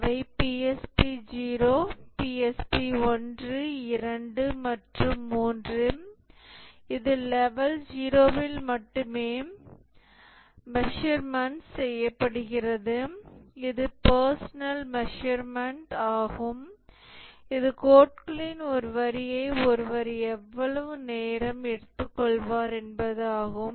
அவை PSP 0 PSP 1 2 மற்றும் 3 இதில் லெவல் 0 வில் மட்டுமே மெஷர்மென்ட்கள் செய்யப்படுகிறது இது பர்சனல் மெஷர்மென்ட் ஆகும் இது கோட்களின் ஒரு வரியை ஒருவர் எவ்வளவு நேரம் எடுத்துக்கொள்வார்கள் என்பதாகும்